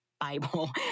Bible